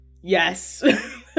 yes